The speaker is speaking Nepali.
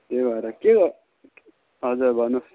त्यही भएर के भयो हजुर भन्नुहोस्